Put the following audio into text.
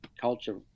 culture